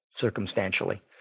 circumstantially